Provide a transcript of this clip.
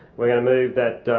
we're going to move that